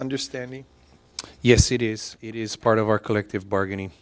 understanding yes it is it is part of our collective bargaining